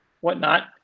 whatnot